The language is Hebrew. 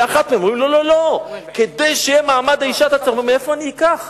אמר לי: מאיפה אקח,